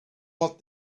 what